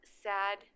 sad